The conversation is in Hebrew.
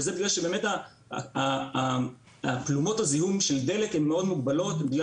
וזה בגלל שבאמת פלומות הזיהום של דלק הן מאוד מוגבלות בגלל